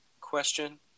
question